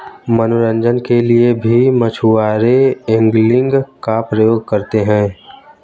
मनोरंजन के लिए भी मछुआरे एंगलिंग का प्रयोग करते हैं